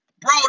Bro